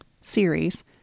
series